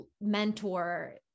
mentor